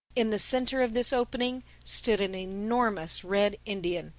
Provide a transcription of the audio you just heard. in the centre of this opening stood an enormous red indian,